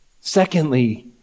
Secondly